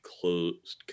closed